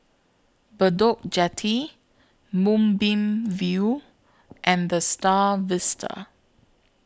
Bedok Jetty Moonbeam View and The STAR Vista